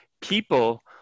people